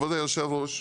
כבוד היושב-ראש,